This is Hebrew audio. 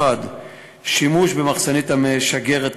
1. שימוש במחסנית המשגרת